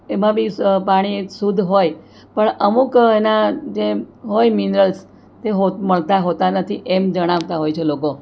એમાં બી પાણી શુદ્ધ હોય પણ અમુક એના જે હોય મિનરલ્સ તે મળતાં હોતાં નથી એમ જણાવતા હોય છે લોકો